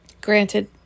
Granted